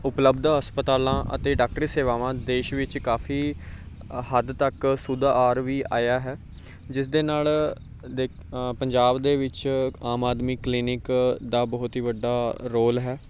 ਉਪਲੱਬਧ ਹਸਪਤਾਲਾਂ ਅਤੇ ਡਾਕਟਰੀ ਸੇਵਾਵਾਂ ਦੇਸ਼ ਵਿੱਚ ਕਾਫੀ ਅ ਹੱਦ ਤੱਕ ਸੁਧਾਰ ਵੀ ਆਇਆ ਹੈ ਜਿਸ ਦੇ ਨਾਲ ਦੇ ਪੰਜਾਬ ਦੇ ਵਿੱਚ ਆਮ ਆਦਮੀ ਕਲੀਨਿਕ ਦਾ ਬਹੁਤ ਹੀ ਵੱਡਾ ਰੋਲ ਹੈ